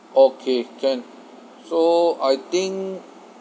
okay can so I think